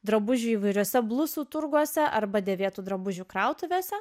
drabužių įvairiuose blusų turguose arba dėvėtų drabužių krautuvėse